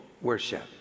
worship